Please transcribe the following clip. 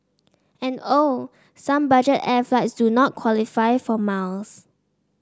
and oh some budget air flights do not qualify for miles